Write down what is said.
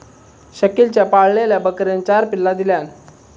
शकिलच्या पाळलेल्या बकरेन चार पिल्ला दिल्यान